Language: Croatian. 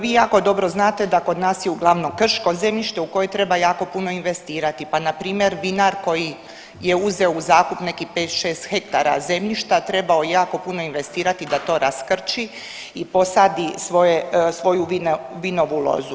Vi jako dobro znate da kod nas je uglavnom krško zemljište u koje treba jako puno investirati, pa npr. vinar koji je uzeo u zakup nekih 5, 6 hektara zemljišta trebao jako puno investirati da to raskrči i poslati svoju vinovu lozu.